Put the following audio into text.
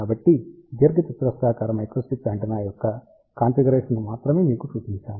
కాబట్టి దీర్ఘచతురస్రాకార microstrip antenna యొక్క కాన్ఫిగరేషన్ను మాత్రమే మీకు చూపించాను